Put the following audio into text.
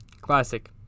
classic